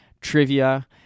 trivia